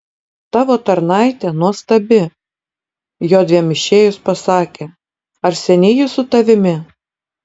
tavo tarnaitė nuostabi jodviem išėjus pasakė ar seniai ji su tavimi